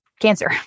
cancer